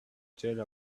tell